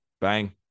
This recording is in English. bang